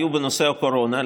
היו בנושא הקורונה,